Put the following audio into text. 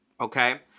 Okay